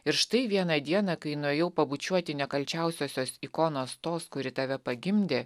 ir štai vieną dieną kai nuėjau pabučiuoti nekalčiausiosios ikonos tos kuri tave pagimdė